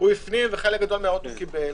חלקן הגדול קיבל,